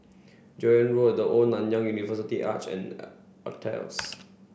Joan Road The Old Nanyang University Arch and Altez